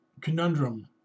conundrum